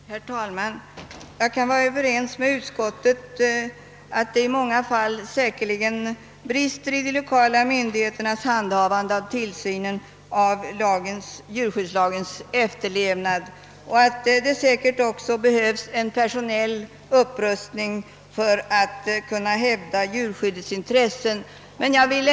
Herr talman! Jag kan vara överens med utskottet om att det i många fall säkerligen brister i de lokala myndigheternas handhavande av tillsynen av djurskyddslagens efterlevnad och att det torde behövas en personell upprustning för att djurskyddets intressen skall kunna hävdas.